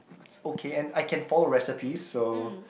it's okay and I can follow recipe so